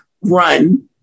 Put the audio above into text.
run